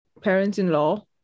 parents-in-law